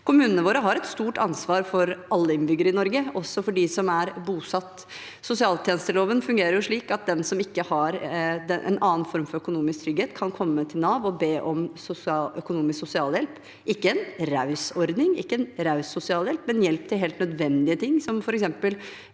Kommunene våre har et stort ansvar for alle innbyggere i Norge, også for dem som er bosatt. Sosialtjenesteloven fungerer slik at den som ikke har en annen form for økonomisk trygghet, kan komme til Nav og be om økonomisk sosialhjelp. Det er ikke en raus ordning, ikke en raus sosialhjelp, men hjelp til helt nødvendige ting som f.eks.